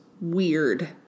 weird